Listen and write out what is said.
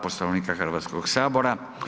Poslovnika Hrvatskog sabora.